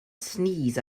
sneeze